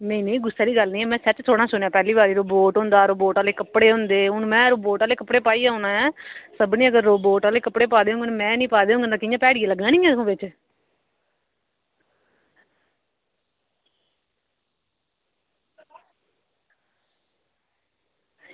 नेईं नेईं गुस्से आह्ली गल्ल निं ऐ में सच्च थोह्ड़ा सुनेआ पैह्ली बारी रोबोट होंदा रोबोट आह्ले कपड़े होंदे हून में रोबोट आह्ले कपड़े पाइयै औना ऐ सभनें अगर रोबोट आह्ले कपड़े पाए दे होङन में निं पाए दे होङन ते किटयां भैड़ी लग्गना निं उस बिच्च